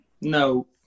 No